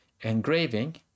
Engraving